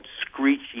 screechy